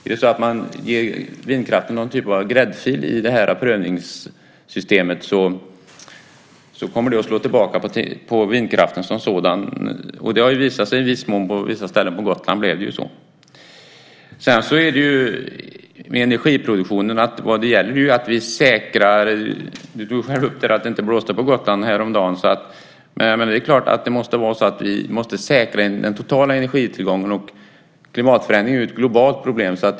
Om man ger vindkraften någon typ av gräddfil i detta prövningssystem så kommer det att slå tillbaka på vindkraften som sådan. I viss mån har det blivit så på vissa håll på Gotland. När det gäller energitillgången måste vi säkra den totala energitillgången. Du talade själv om att det inte blåste på Gotland häromdagen. Klimatförändringarna är ett globalt problem.